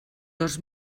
dos